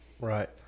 right